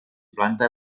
planta